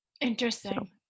Interesting